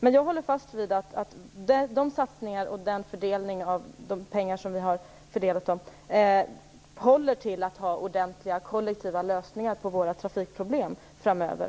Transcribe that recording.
Men jag håller fast vid att de satsningar och den fördelning av pengar som vi har föreslagit håller för kollektiva lösningar på våra trafikproblem framöver.